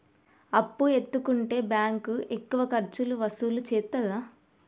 అప్పు ఎత్తుకుంటే బ్యాంకు ఎక్కువ ఖర్చులు వసూలు చేత్తదా?